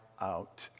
out